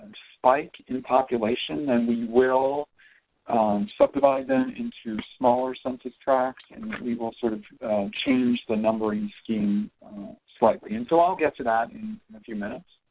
spike in population and we will subdivide them into smaller census tracts and we will sort of change the numbering scheme slightly. and so i'll get to that and in a few minutes.